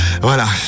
Voilà